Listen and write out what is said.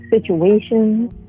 situations